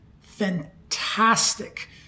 fantastic